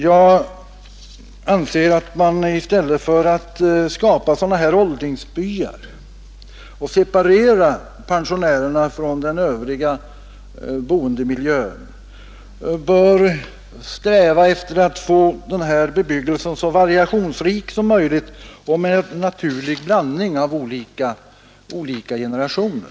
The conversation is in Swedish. Jag anser att man i stället för att skapa sådana här åldringsbyar och separera pensionärerna från den övriga boendemiljön bör sträva efter att få den här bebyggelsen så variationsrik som möjligt och med naturlig blandning av olika generationer.